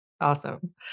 Awesome